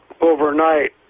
overnight